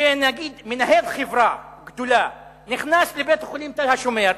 שמנהל חברה גדולה נכנס לבית-החולים "תל השומר",